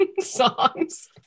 songs